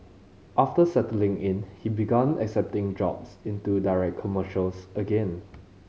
after settling in he began accepting jobs into direct commercials again